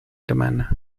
hermana